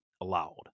allowed